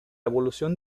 evolución